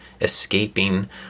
escaping